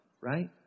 right